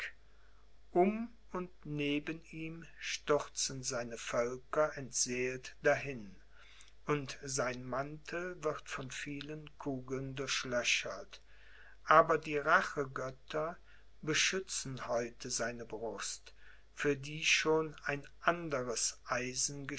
um und neben ihm stürzen seine völker entseelt dahin und sein mantel wird von vielen kugeln durchlöchert aber die rachegötter beschützen heute seine brust für die schon ein anderes eisen